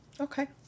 Okay